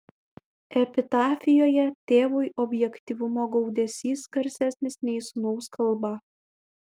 epitafijoje tėvui objektyvumo gaudesys garsesnis nei sūnaus kalba